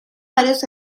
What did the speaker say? varios